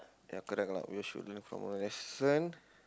ya correct correct we should learn from our lesson